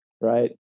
right